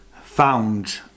found